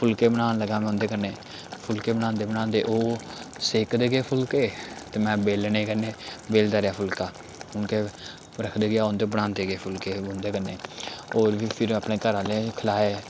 फुलके बनान लग्गा में उ'दे कन्नै फुलके बनांदे बनांदे ओह् सेकदे गे फुल्के ते में बेलने कन्नै बेलदा रेहा फुल्का हून केह् रखदे गे उं'दे बनांदे गे फुल्के उं'दे कन्नै होर बी फिर अपने घर आह्ले खलाए